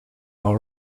all